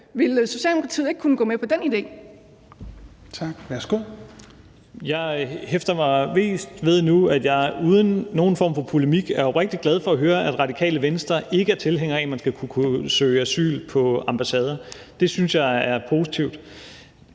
Helveg Petersen): Tak. Værsgo. Kl. 13:29 Rasmus Stoklund (S): Jeg hæfter mig mest ved nu, at jeg – uden nogen form for polemik – er oprigtig glad for at høre, at Radikale Venstre ikke er tilhænger af, at man skal kunne søge asyl på ambassader. Det synes jeg er positivt.